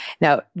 Now